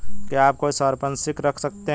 क्या आप कोई संपार्श्विक रख सकते हैं?